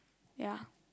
ya